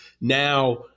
now